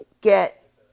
get